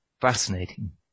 fascinating